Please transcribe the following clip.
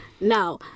Now